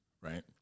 right